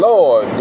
Lord